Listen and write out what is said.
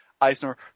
eisner